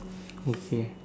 okay